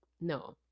no